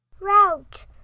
Route